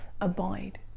abide